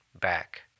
back